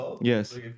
Yes